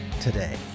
today